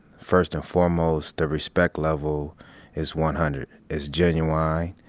first and foremost, the respect level is one hundred, is genuine.